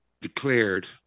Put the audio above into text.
declared